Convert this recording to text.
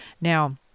now